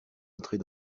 entrer